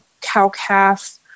cow-calf